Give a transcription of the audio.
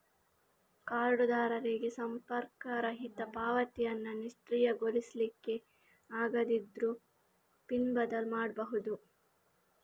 ಕಾರ್ಡುದಾರರಿಗೆ ಸಂಪರ್ಕರಹಿತ ಪಾವತಿಯನ್ನ ನಿಷ್ಕ್ರಿಯಗೊಳಿಸ್ಲಿಕ್ಕೆ ಆಗದಿದ್ರೂ ಪಿನ್ ಬದಲು ಮಾಡ್ಬಹುದು